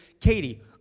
Katie